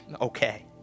okay